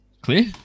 clear